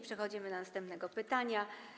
Przechodzimy do następnego pytania.